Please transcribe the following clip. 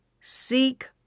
seek